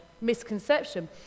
misconception